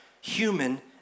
human